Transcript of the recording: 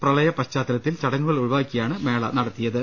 പ്രളയ പശ്ചാത്തലത്തിൽ ചടങ്ങുകൾ ഒഴിവാക്കിയാണ് മേള നട ത്തിയത്